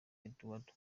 eduardo